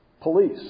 Police